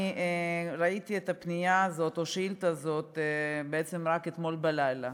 ראיתי את השאילתה הזאת בעצם רק אתמול בלילה,